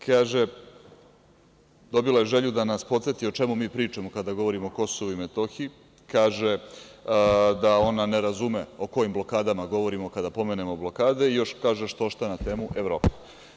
Kaže, dobila je želju da nas podseti o čemu mi pričamo kada govorimo o Kosovu i Metohiji, kaže da ona ne razume o kojim blokadama govorimo kada pomenemo blokade i kaže što šta na temu Evrope.